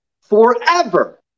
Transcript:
forever